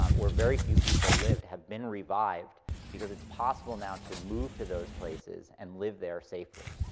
um where very few people lived have been revived because it's possible now to move to those places and live there safely.